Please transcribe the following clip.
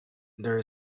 there